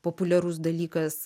populiarus dalykas